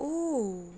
oh